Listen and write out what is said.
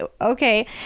Okay